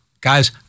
Guys